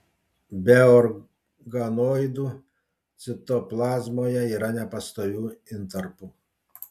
be organoidų citoplazmoje yra nepastovių intarpų